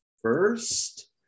first